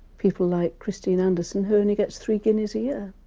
people like christine anderson, who only gets three guineas a year.